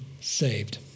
saved